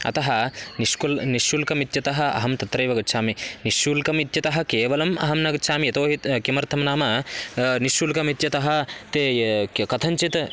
अतः निःशुल्कं निःशुल्कमित्यतः अहं तत्रैव गच्छामि निःशुल्कमित्यतः केवलम् अहं न गच्छामि यतोहि त किमर्थं नाम निःशुल्कमित्यतः ते कथञ्चित्